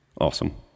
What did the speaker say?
Awesome